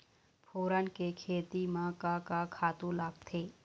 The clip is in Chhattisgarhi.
फोरन के खेती म का का खातू लागथे?